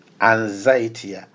anxiety